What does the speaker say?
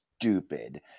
stupid